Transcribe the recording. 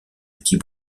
petit